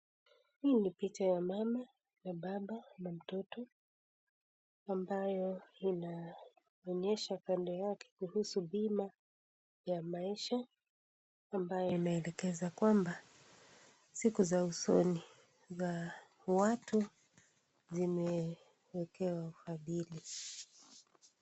Hii ni picha ya mama, ya baba na mtoto ambayo inaonyesha pande yake kuhusu bima ya maisha, ambayo inaelekeza kwamba siku za usoni za watu zimewekewa uhabiri.